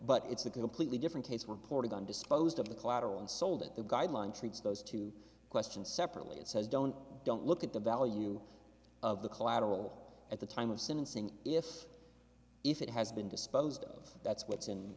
but it's a completely different case reported on disposed of the collateral and sold it the guideline treats those two questions separately it says don't don't look at the value of the collateral at the time of sentencing if if it has been disposed of that's what's in